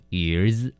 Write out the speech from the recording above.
years